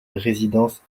résidence